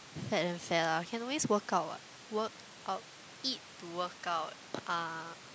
fat then fat lah can always work out what work out eat to work out ah